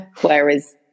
whereas